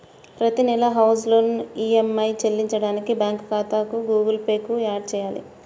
ప్రతి నెలా house loan EMI చెల్లించడానికి బ్యాంకు ఖాతాను గుగుల్ పే కు యాడ్ చేయాలి